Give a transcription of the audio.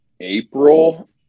April